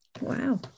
wow